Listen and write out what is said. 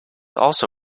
also